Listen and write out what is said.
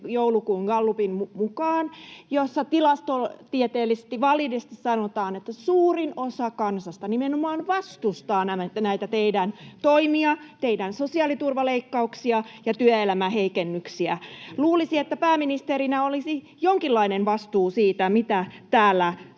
joulukuun gallupin kanssa, jossa tilastotieteellisesti, validisti sanotaan, että suurin osa kansasta nimenomaan vastustaa näitä teidän toimianne, teidän sosiaaliturvaleikkauksianne ja työelämän heikennyksiä. Luulisi, että pääministerinä olisi jonkinlainen vastuu siitä, mitä täällä toteaa.